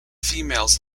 females